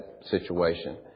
situation